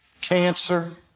cancer